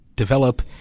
develop